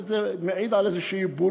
זה מעיד על איזו בורות.